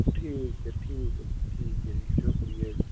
ठीक ऐ ठीक ऐ जी शुक्रिया जी